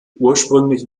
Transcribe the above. ursprünglich